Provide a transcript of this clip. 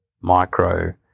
micro